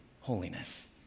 holiness